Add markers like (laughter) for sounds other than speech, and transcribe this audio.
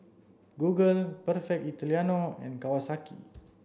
google (unintelligible) Italiano and Kawasaki